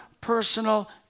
personal